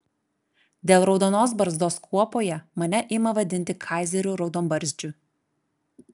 dėl raudonos barzdos kuopoje mane ima vadinti kaizeriu raudonbarzdžiu